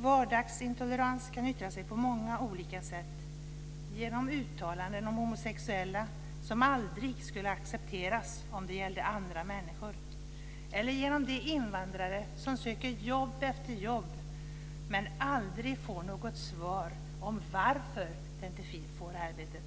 Vardagsintolerans kan yttra sig på många olika sätt, genom uttalanden om homosexuella, som aldrig skulle accepteras om det gällde andra människor, eller genom de invandrare som söker jobb efter jobb men aldrig får något svar på varför de inte får arbetet.